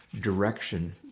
direction